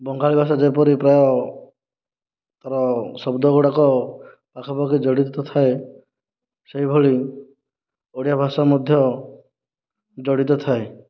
ବଙ୍ଗାଳୀ ଭାଷା ଯେପରି ତା'ର ତା'ର ଶବ୍ଦ ଗୁଡ଼ିକ ପାଖାପାଖି ଜଡ଼ିତ ଥାଏ ସେହିଭଳି ଓଡ଼ିଆ ଭାଷା ମଧ୍ୟ ଜଡ଼ିତ ଥାଏ